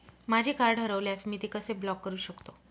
माझे कार्ड हरवल्यास मी ते कसे ब्लॉक करु शकतो?